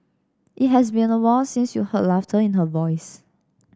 it has been awhile since you heard laughter in her voice